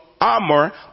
armor